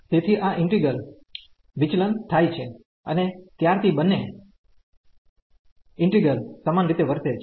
તેથી આ ઈન્ટિગ્રલ વિચલન થાય છે અને ત્યારથી બન્ને અવિભાજ્યો સમાન રીતે વર્તે છે